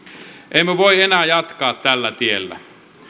emme voi enää jatkaa tällä tiellä